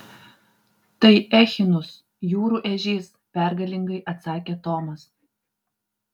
tai echinus jūrų ežys pergalingai atsakė tomas